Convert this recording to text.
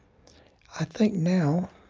i think now,